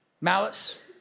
Malice